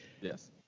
Yes